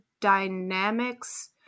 dynamics